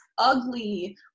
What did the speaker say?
ugly